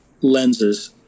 lenses